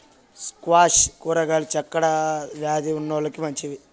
squash కూరగాయలు చక్కర వ్యాది ఉన్నోలకి మంచివి